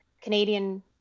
Canadian